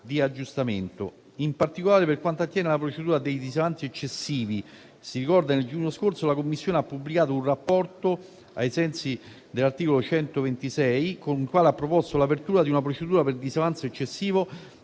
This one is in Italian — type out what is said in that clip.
di aggiustamento. In particolare per quanto attiene alla procedura dei disavanzi eccessivi, si ricorda che nel giugno scorso la Commissione ha pubblicato un rapporto, ai sensi dell'articolo 126, con il quale ha proposto l'apertura di una procedura per disavanzo eccessivo